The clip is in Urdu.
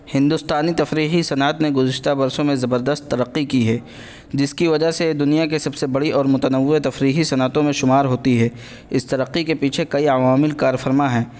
ہندوستانی تفریحی صنعت نے گزشتہ برسوں میں زبردست ترقی کی ہے جس کی وجہ سے دنیا کے سب سے بڑی اور متنوع تفریحی صنعتوں میں شمار ہوتی ہے اس ترقی کے پیچھے کئی عوامل کارفرما ہیں